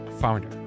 founder